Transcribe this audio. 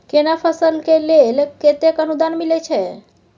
केना फसल के लेल केतेक अनुदान मिलै छै?